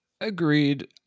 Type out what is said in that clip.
Agreed